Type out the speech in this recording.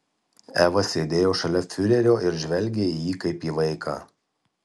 eva sėdėjo šalia fiurerio ir žvelgė į jį kaip į vaiką